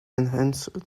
enhanced